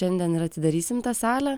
šiandien ir atidarysim tą salę